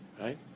right